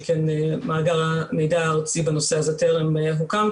שכן מאגר המידע הארצי בנושא הזה טרם הוקם,